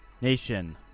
Nation